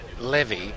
levy